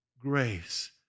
grace